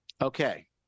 Okay